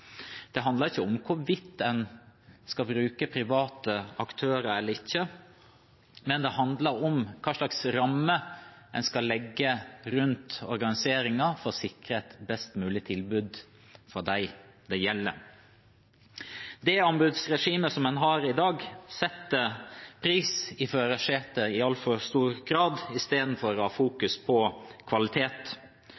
det gjelder. Det handler ikke om hvorvidt en skal bruke private aktører eller ikke, det handler om hvilke rammer en skal legge rundt organiseringen for å sikre et best mulig tilbud for dem det gjelder. Det anbudsregimet en har i dag, setter pris i førersetet i altfor stor grad i stedet for å